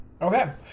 Okay